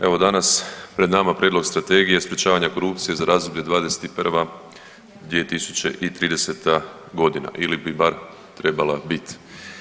Evo, danas pred nama Prijedlog Strategije sprječavanja korupcije za razdoblje '21.-2030. g. ili bi bar trebala biti.